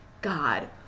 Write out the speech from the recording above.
God